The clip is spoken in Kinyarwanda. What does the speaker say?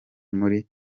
muri